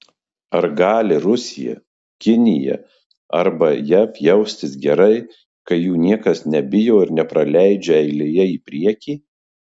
ar gali rusija kinija arba jav jaustis gerai kai jų niekas nebijo ir nepraleidžia eilėje į priekį